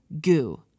goo